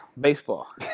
baseball